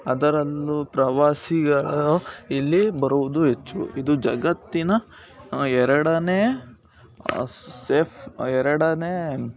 ಅದರಲ್ಲೂ ಪ್ರವಾಸಿಗರ ಇಲ್ಲಿ ಬರುವುದು ಹೆಚ್ಚು ಇದು ಜಗತ್ತಿನ ಎರಡನೇ ಸೇಫ್ ಎರಡನೇ